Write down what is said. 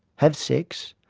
have sex,